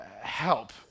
help